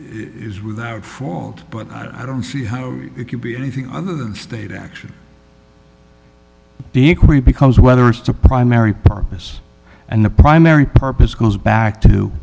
is without fault but i don't see how it could be anything other than state action because whether it's a primary purpose and the primary purpose goes back to